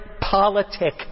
politic